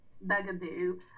bugaboo